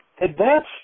advance